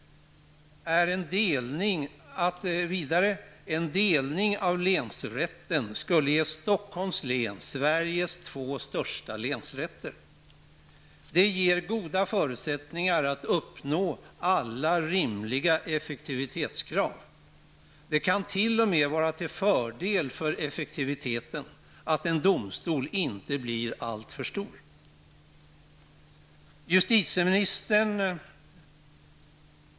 En delning av länsrätten skulle ge Stockholms län Sveriges två största länsrätter. Det ger goda förutsättningar att uppnå alla rimliga effektivitetskrav. Det kan t.o.m. vara till fördel för effektiviteten att en domstol inte blir alltför stor.